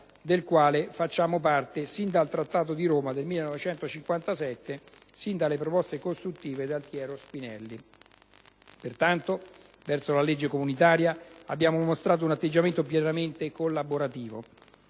del quale facciamo parte sin dal Trattato di Roma del 1957 e sin dalle proposte costruttive di Altiero Spinelli. Pertanto, verso la legge comunitaria abbiamo mostrato un atteggiamento pienamente collaborativo.